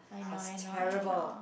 was terrible